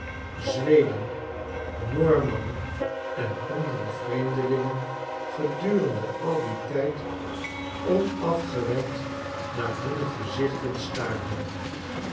zweden noormannen en andere vreemdelingen gedurende al dien tyd onafgewend naar hunne gezicbtenstaarden